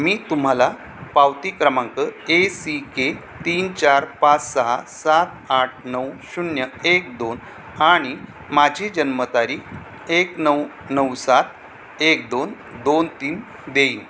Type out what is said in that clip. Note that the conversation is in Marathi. मी तुम्हाला पावती क्रमांक ए सी के तीन चार पाच सहा सात आठ नऊ शून्य एक दोन आणि माझी जन्मतारीख एक नऊ नऊ सात एक दोन दोन तीन देईन